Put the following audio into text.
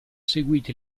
seguite